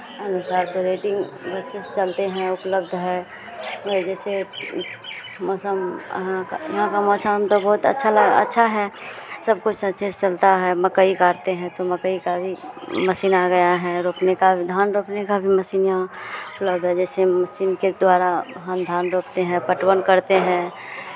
अनुसार तो रेटिंग अच्छे से चलते हैं उपलब्ध है वह जैसे मौसम अहाँ का यहाँ का मौसम तो बहुत अच्छा लग अच्छा है सब कुछ अच्छे से चलता है मकई काटते हैं तो मकई का भी मशीन आ गया है रोपने का भी धान रोपने का भी मशीन यहाँ लगा है जैसे मशीन के द्वारा हम धान रोपते हैं पटवन करते हैं